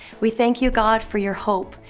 we thank you god for your hope.